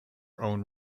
own